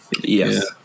Yes